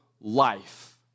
life